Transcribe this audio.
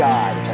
God